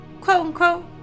quote-unquote